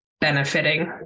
benefiting